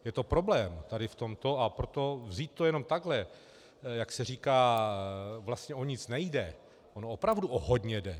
Je to problém tady v tomto, a proto vzít to jenom takhle, jak se říká, vlastně o nic nejde, ono opravdu o hodně jde.